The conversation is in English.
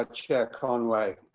ah chair conway.